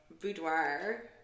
boudoir